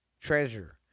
Treasure